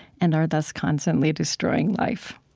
and are thus constantly destroying life.